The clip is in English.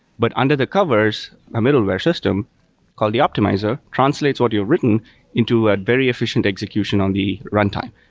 but under the covers, a middleware system called the optimizer, translates what you've written into a very efficient execution on the runtime.